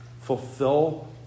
fulfill